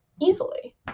easily